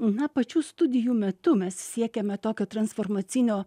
na pačių studijų metu mes siekiame tokio transformacinio